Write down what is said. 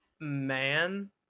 man